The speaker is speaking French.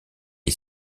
est